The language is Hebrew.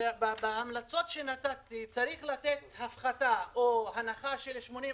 בהמלצות שנתתם צריך לתת הפחתה או הנחה של 80%,